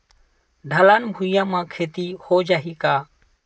ढलान भुइयां म खेती हो जाही का?